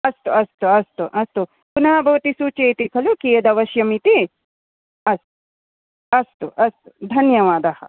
अस्तु अस्तु अस्तु अस्तु पुनः भवति सूचयति खलु कियद् अवश्यं इति अस् अस्तु अस्तु धन्यवादः